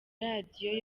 radio